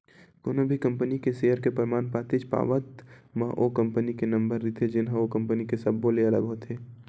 कोनो भी कंपनी के सेयर के परमान पातीच पावत म ओ कंपनी के नंबर रहिथे जेनहा ओ कंपनी के सब्बो ले अलगे होथे